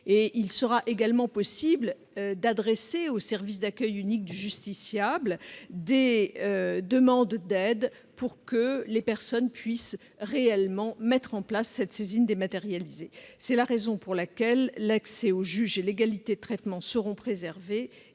Il sera également possible d'adresser au service d'accueil unique du justiciable des demandes d'aide pour que les personnes puissent réellement mettre en place cette saisine dématérialisée. L'accès au juge et l'égalité de traitement seront ainsi préservés.